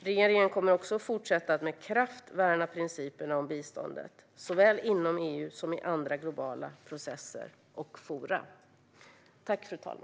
Regeringen kommer också att fortsätta att med kraft värna principerna om biståndet, såväl inom EU som i andra globala processer och forum.